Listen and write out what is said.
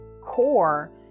core